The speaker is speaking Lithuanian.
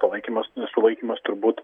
palaikymas sulaikymas turbūt